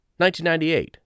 1998